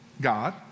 God